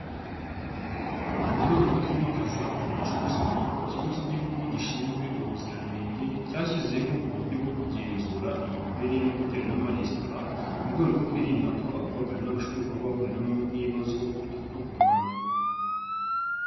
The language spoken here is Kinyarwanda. Mu rwego rwo kwimakaza umuco n'isuku ikigo k'Igihugu gishinzwe ubuziranenge cyashyizeho uburyo bwo kugenzura imikorere y'amahoteli n'amaresitora mu rwego rwo kwirinda ko abobagana bashobora kuba bahuriramo n'ibibazo bituruka ku mwanda.